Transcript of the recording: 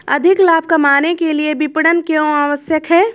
अधिक लाभ कमाने के लिए विपणन क्यो आवश्यक है?